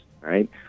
right